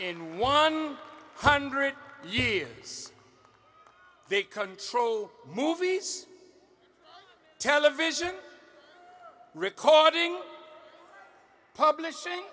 in one hundred years they control movies television recalling publishing